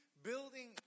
building